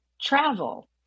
travel